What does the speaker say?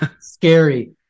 scary